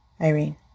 Irene